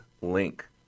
link